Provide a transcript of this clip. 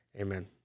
amen